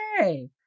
okay